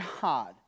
God